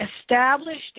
established